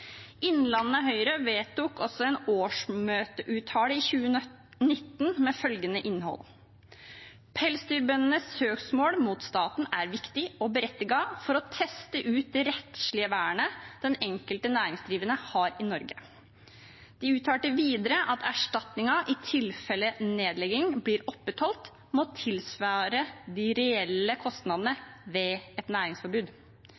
Innlandet Høyre vedtok også en årsmøteuttalelse i 2019 med følgende innhold: «Pelsdyrbøndenes søksmål mot staten er viktig og berettiget for å teste ut det rettslige vernet den enkelte næringsdrivende har i Norge.» De uttalte videre at erstatningen – i tilfelle nedleggingen blir opprettholdt – må tilsvare «de reelle kostnadene ved et næringsforbud» – de reelle